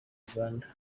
uganda